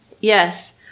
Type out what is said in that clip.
Yes